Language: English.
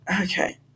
okay